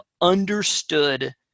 understood